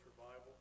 revival